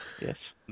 Yes